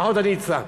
לפחות אני הצלחתי.